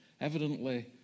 evidently